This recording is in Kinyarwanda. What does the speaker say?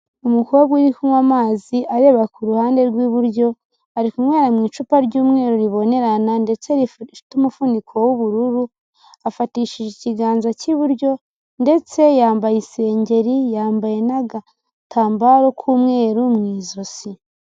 Umukobwa uri kunywa amazi areba ku ruhande rw'iburyo. Ari kunywera mu icupa ry'umweru ribonerana, ndetse rifite umufuniko w'ubururu. Afatishije ikiganza k'iburyo ndetse yambaye isengeri, yambaye n'agatambaro k'umweru mu ijosi.